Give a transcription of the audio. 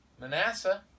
Manasseh